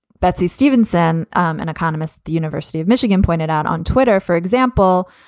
betsey stevenson, an economist at the university of michigan, pointed out on twitter, for example,